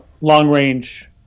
long-range